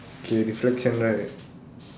okay the reflection right